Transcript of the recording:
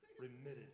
remitted